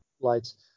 lights